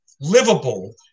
livable